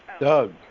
Doug